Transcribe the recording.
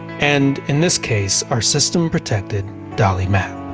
and in this case, our system protected dolly mapp.